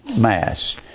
mass